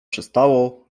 przystało